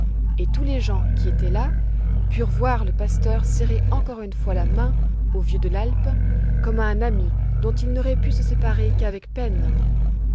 et tous les gens qui étaient là purent voir le pasteur serrer encore une fois la main au vieux de l'alpe comme à un ami dont il n'aurait pu se séparer qu'avec peine